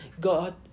god